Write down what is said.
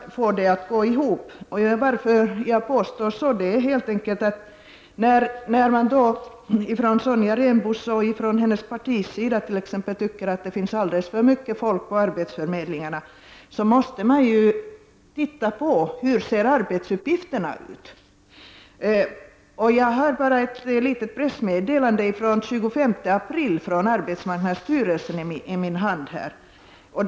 Sonja Rembo och andra moderater tycker att det finns alldeles för mycket folk på arbetsförmedlingarna. Antalet anställda måste emellertid ställas i förhållande till de arbetsuppgifter som förmedlingarna har. Jag har här ett pressmeddelande från arbetsmarknadsstyrelsen av den 25 april.